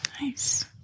Nice